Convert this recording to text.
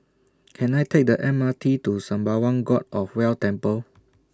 Can I Take The M R T to Sembawang God of Wealth Temple